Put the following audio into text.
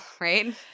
right